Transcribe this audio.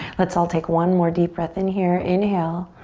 let's all take one more deep breath in here. inhale.